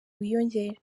wiyongere